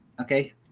okay